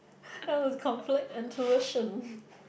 that was complete intuition